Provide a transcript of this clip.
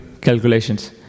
calculations